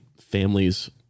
families